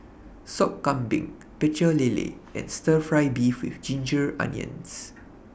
Sop Kambing Pecel Lele and Stir Fry Beef with Ginger Onions